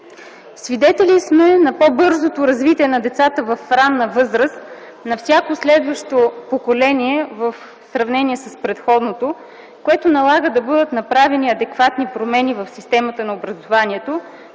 Свидетели сме на по-бързото развитие на децата в ранна възраст, на всяко следващо поколение в сравнение с предходното, което налага да бъдат направени адекватни промени в системата на образованието,